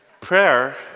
prayer